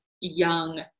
young